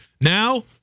now